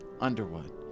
Underwood